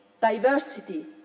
diversity